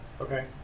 Okay